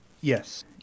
Yes